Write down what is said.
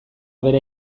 bere